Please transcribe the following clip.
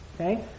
Okay